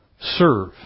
serve